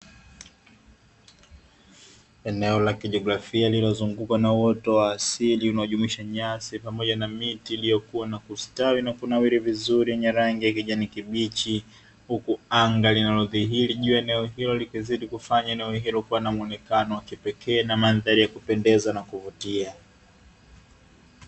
Eneo la kijiografia linazungukwa na uoto wa asili, unajumuisha nyasi pamoja na miti iliyokua na kustawi na kunawiri vizuri yenye rangi ya kijani kibichi, huku anga linalodhihiri juu ya eneo hilo likizidi kufanya eneo hilo kuwa na muonekano wa kipekee na mandhari ya kupendeza na kuvutia.